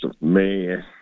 Man